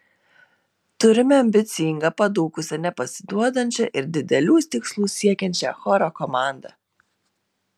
turime ambicingą padūkusią nepasiduodančią ir didelių tikslų siekiančią choro komandą